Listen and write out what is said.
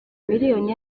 miliyoni